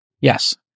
yes